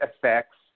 affects